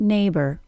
Neighbor